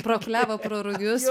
pro klevą pro rugius